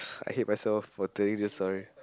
I hate myself for telling this story